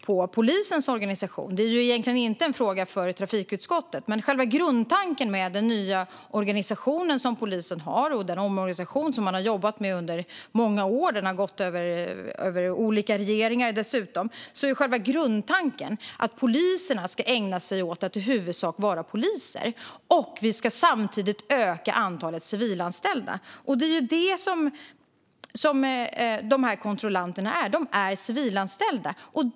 Det är egentligen inte en fråga för trafikutskottet, men själva grundtanken med polisens nya organisation och den omorganisation som man har jobbat med under många år - som dessutom har pågått under olika regeringar - är att poliserna i huvudsak ska ägna sig åt att vara poliser. Vi ska samtidigt öka antalet civilanställda. Det är vad dessa kontrollanter är: De är civilanställda.